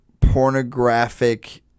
pornographic